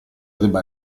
debba